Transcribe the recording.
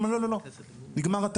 אומרים לה לא, לא, לא, נגמרה התחרות.